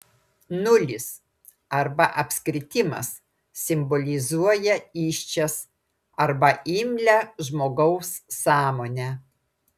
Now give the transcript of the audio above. nulis arba apskritimas simbolizuoja įsčias arba imlią žmogaus sąmonę